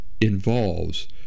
involves